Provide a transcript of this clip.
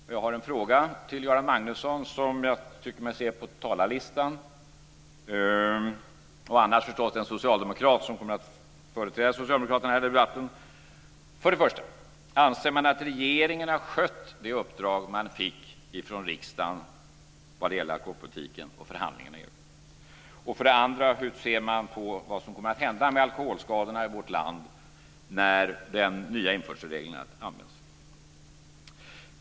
Jag har ett par frågor till Göran Magnusson, som jag tycker mig se på talarlistan, annars till den socialdemokrat som kommer att företräda Socialdemokraterna i debatten. För det första: Anser regeringen att man har skött det uppdrag man fick från riksdagen vad gäller alkoholpolitiken och förhandlingarna i EU? För det andra: Hur ser man på vad som kommer att hända med alkoholskadorna i vårt land när de nya införselreglerna börjar användas?